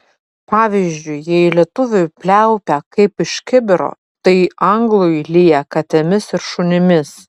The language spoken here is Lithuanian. pavyzdžiui jei lietuviui pliaupia kaip iš kibiro tai anglui lyja katėmis ir šunimis